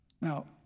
Now